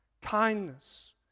kindness